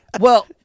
Well-